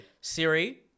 Siri